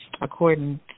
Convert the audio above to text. according